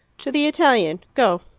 to the italian. go.